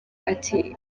ati